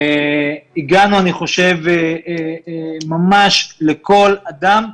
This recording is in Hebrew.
הגענו, אני חושב, ממש לכל אדם.